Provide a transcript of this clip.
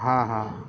ہاں ہاں ہاں